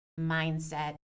mindset